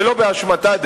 ולא באשמתה,